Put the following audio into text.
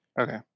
okay